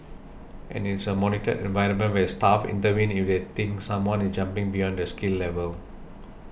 and it's a monitored environment where staff intervene if they think someone is jumping beyond their skill level